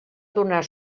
donar